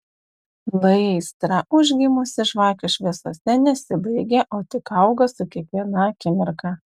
lai aistra užgimusi žvakių šviesose nesibaigia o tik auga su kiekviena akimirka